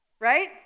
right